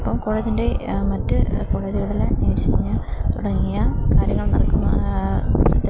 അപ്പം കോളേജിൻ്റെ മറ്റ് കോളേജുകളിൽ നേഴ്സിംഗ് തുടങ്ങിയ കാര്യങ്ങൾ നടക്കും സെറ്റപ്പ്